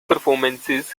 performances